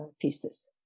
pieces